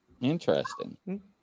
Interesting